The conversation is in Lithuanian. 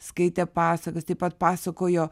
skaitė pasakas taip pat pasakojo